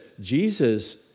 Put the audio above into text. Jesus